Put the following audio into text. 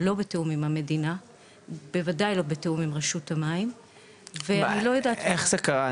לא בתיאום עם המדינה ובוודאי לא בתיאום עם רשות המים --- איך זה קרה?